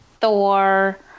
Thor